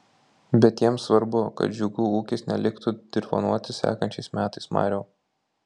bet jiems svarbu kad džiugų ūkis neliktų dirvonuoti sekančiais metais mariau